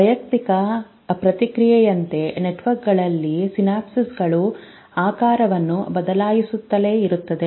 ವೈಯಕ್ತಿಕ ಪ್ರತಿಕ್ರಿಯೆಯಂತೆ ನೆಟ್ವರ್ಕ್ಗಳಲ್ಲಿನ ಸಿನಾಪ್ಗಳು ಆಕಾರವನ್ನು ಬದಲಾಯಿಸುತ್ತಲೇ ಇರುತ್ತವೆ